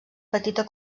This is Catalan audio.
petita